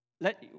let